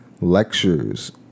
lectures